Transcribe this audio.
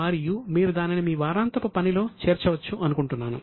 మరియు మీరు దానిని మీ వారాంతపు పని లో చేర్చవచ్చు అనుకుంటున్నాను